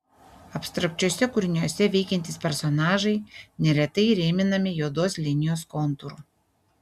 abstrakčiuose kūriniuose veikiantys personažai neretai įrėminami juodos linijos kontūru